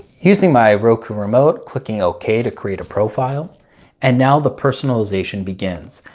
using my roku remote clicking okay to create a profile and now the personalization begins.